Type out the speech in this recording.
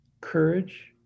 courage